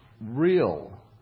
real